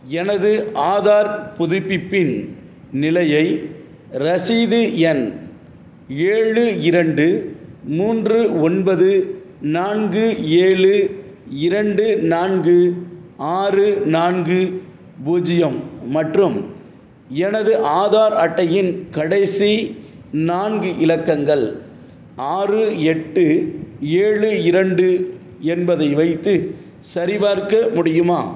எனது ஆதார் புதுப்பிப்பின் நிலையை ரசீது எண் ஏழு இரண்டு மூன்று ஒன்பது நான்கு ஏழு இரண்டு நான்கு ஆறு நான்கு பூஜ்ஜியம் மற்றும் எனது ஆதார் அட்டையின் கடைசி நான்கு இலக்கங்கள் ஆறு எட்டு ஏழு இரண்டு என்பதை வைத்து சரிபார்க்க முடியுமா